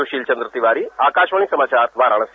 सुशील चंद्र तिवारी आकाशवाणी समाचार वाराणसी